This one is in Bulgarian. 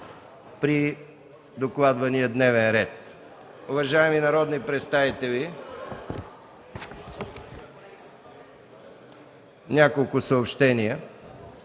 при докладвания дневен ред. Уважаеми народни представители, няколко съобщения: